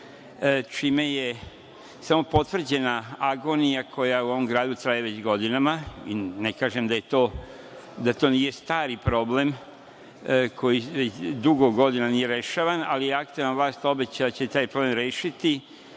čime je samo potvrđena agonija koja u ovom gradu traje već godinama. Ne kažem da to nije stari problem koji već dugo godina nije rešavan, ali je aktuelna vlast obećala da će taj problem rešiti